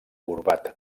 corbat